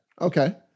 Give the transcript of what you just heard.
Okay